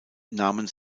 nahmen